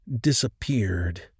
disappeared